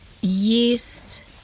yeast